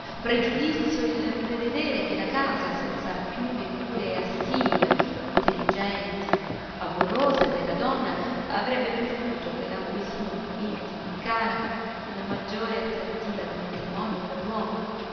pregiudizio il prevedere che la casa senza più le cure assidue intelligenti amorose della donna avrebbe perduto quella poesia intima e cara che è la maggiore attrattiva del matrimonio per